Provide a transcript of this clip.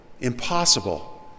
impossible